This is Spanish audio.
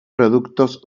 productos